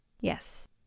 Yes